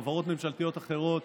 בחברות ממשלתיות אחרות